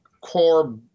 core